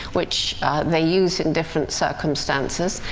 which they use in different circumstances,